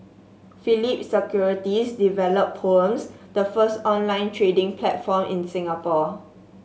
Phillip Securities developed Poems the first online trading platform in Singapore